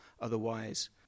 Otherwise